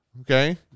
Okay